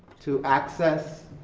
to access,